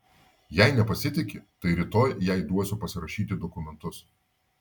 jei nepasitiki tai rytoj jai duosiu pasirašyti dokumentus